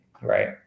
Right